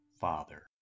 Father